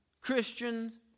Christians